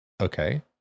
okay